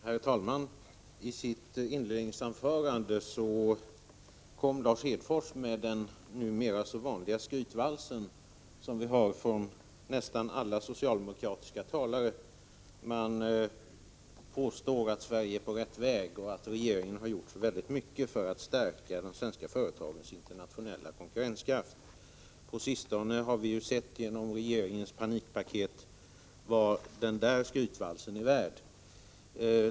Herr talman! I sitt inledningsanförande kom Lars Hedfors med den numera så vanliga skrytvalsen, som vi får höra från nästan alla socialdemokratiska talare. Man påstår att Sverige är på rätt väg och att regeringen har gjort väldigt mycket för att stärka de svenska företagens internationella konkurrenskraft. På sistone har vi ju genom regeringens panikpaket sett vad den skrytvalsen är värd.